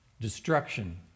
destruction